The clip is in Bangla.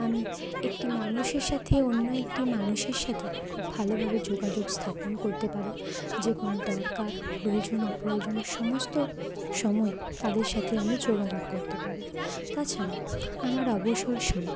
আমি একটি মানুষের সাথে অন্য একটি মানুষের সাথে খুব ভালোভাবে যোগাযোগ স্থাপন করতে পারি যে কোনো দরকার প্রয়োজন অপ্রয়োজন সমস্ত সময়েই তাদের সাথে আমি যোগাযোগ করতে পারি তাছাড়াও আমার অবসর সময়ে